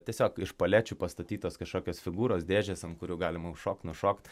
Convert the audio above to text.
tiesiog iš palečių pastatytos kažkokios figūros dėžės ant kurių galima užšokt nušokt